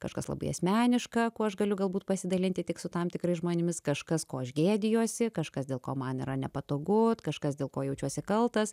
kažkas labai asmeniška kuo aš galiu galbūt pasidalinti tik su tam tikrais žmonėmis kažkas ko aš gėdijuosi kažkas dėl ko man yra nepatogu kažkas dėl ko jaučiuosi kaltas